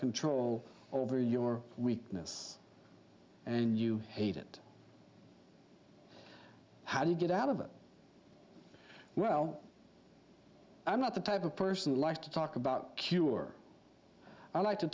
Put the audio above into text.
control over your weakness and you hate it how you get out of it well i'm not the type of person like to talk about cure i like to